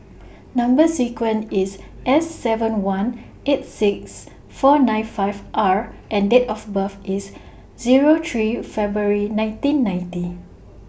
Number sequence IS S seven one eight six four nine five R and Date of birth IS Zero three February nineteen ninety